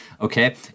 Okay